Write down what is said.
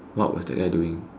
what was that guy doing